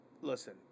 listen